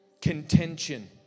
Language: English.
contention